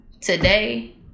today